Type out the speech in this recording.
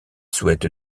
souhaite